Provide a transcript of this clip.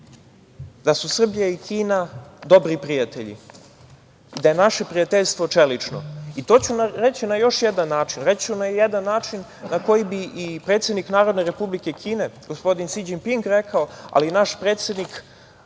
da su Srbija i Kina dobri prijatelji, da je naše prijateljstvo čelično i to ću reći na još jedan način. Reći ću na jedan način na koji bi i predsednik Narodne Republike Kine gospodin Si Đinping rekao, ali i naš predsednik